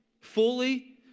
fully